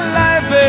life